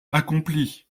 accomplie